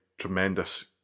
tremendous